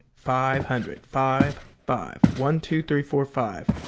five hundred five five! one, two, three, four, five.